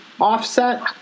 offset